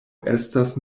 estas